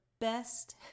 best